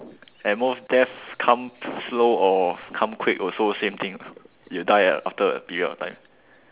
at most death come slow or come quick also same thing you die after a period of time